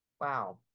wow